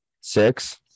Six